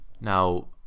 now